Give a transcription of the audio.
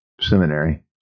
seminary